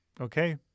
Okay